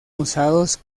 usados